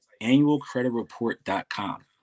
annualcreditreport.com